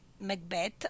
Macbeth